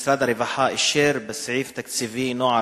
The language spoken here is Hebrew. משרד הרווחה אישר בסעיף תקציבי "נוער